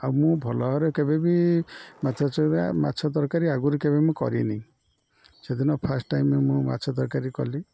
ଆଉ ମୁଁ ଭଲ ଭାବରେ କେବେ ବି ମାଛ ମାଛ ତରକାରୀ ଆଗରୁ କେବେ ମୁଁ କରିନି ସେଦିନ ଫାଷ୍ଟ ଟାଇମ୍ ମୁଁ ମାଛ ତରକାରୀ କଲି